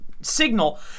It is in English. signal